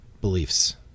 beliefs